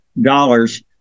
dollars